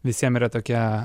visiem yra tokia